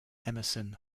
emerson